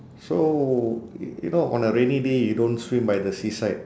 so y~ you know on a rainy day you don't swim by the seaside